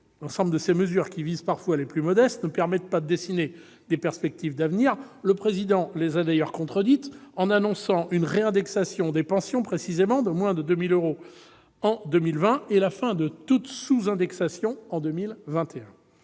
L'ensemble de ces mesures, qui visent parfois les plus modestes, ne permettent pas de dessiner des perspectives d'avenir. Le Président de la République les a d'ailleurs contredites en annonçant une réindexation des pensions de moins de 2 000 euros en 2020 et la fin de toute sous-indexation en 2021.